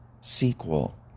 sequel